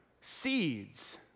seeds